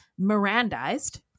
Mirandized